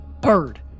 Bird